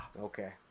Okay